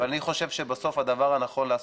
אני חושב שבסוף הדבר הנכון לעשות,